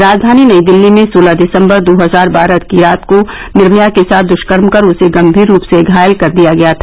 राजधानी नयी दिल्ली में सोलह दिसंबर दो हजार बारह की रात को निर्भया के साथ द कर्म कर उसे गंभीर रूप से घायल कर दिया गया था